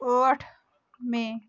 ٲٹھ مے